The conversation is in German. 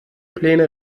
pläne